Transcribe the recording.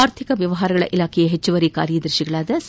ಆರ್ಥಿಕ ವ್ಯವಹಾರಗಳ ಇಲಾಖೆಯ ಹೆಚ್ಚುವರಿ ಕಾರ್ಯದರ್ಶಿ ಸಿ